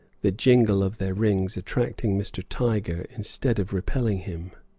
the jingle of their rings attracting mr. tiger instead of repelling him.